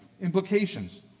implications